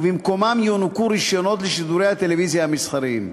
ובמקומם יוענקו רישיונות לשידורי הטלוויזיה המסחריים.